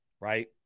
right